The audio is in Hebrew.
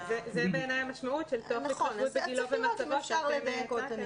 זה בעיניי המשמעות של "התחשבות בגילו ובמצבו של כל תלמיד".